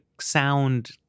sound